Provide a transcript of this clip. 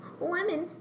Lemon